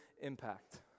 impact